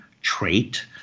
trait